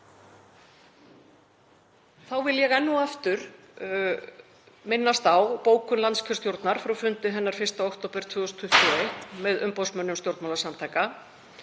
Þá vil ég enn og aftur minnast á bókun landskjörstjórnar frá fundi hennar 1. október 2021 með umboðsmönnum stjórnmálasamtaka